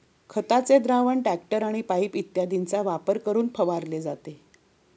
खताचे द्रावण टँकर व पाइप इत्यादींचा वापर करून फवारले जाते